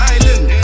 Island